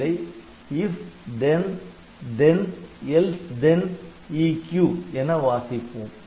இதை IF THEN THEN ELSE THEN EQ என வாசிப்போம்